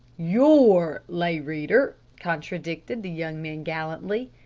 your lay reader! contradicted the young man gallantly.